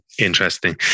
interesting